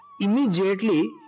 immediately